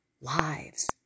lives